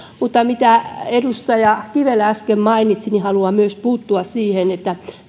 siihen mitä edustaja kivelä äsken mainitsi haluan myös puuttua